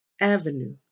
Avenue